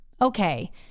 Okay